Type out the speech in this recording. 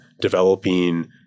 developing